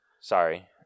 sorry